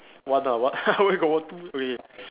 one uh one where got okay